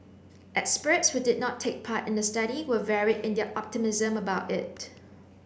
experts who did not take part in the study were varied in their optimism about it